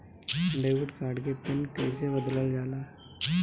Debit card के pin कईसे बदलल जाला?